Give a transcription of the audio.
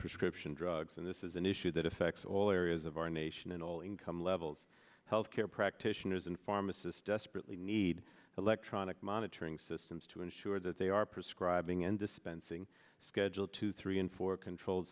prescription drugs and this is an issue that affects all areas of our nation in all income levels health care practitioners and pharmacists desperately need electronic monitoring systems to ensure that they are prescribing and dispensing schedule two three and four controlled